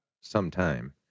sometime